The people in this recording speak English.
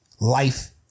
life